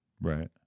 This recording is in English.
Right